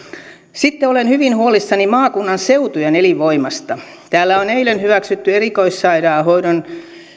sitten olen hyvin huolissani maakunnan seutujen elinvoimasta täällä on eilen hyväksytty erikoissairaanhoidon